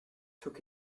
took